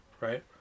right